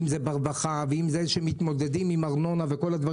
אם זה ברווחה ועם זה שמתמודדים עם ארנונה וכולי.